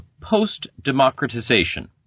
post-democratization